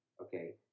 Okay